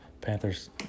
Panthers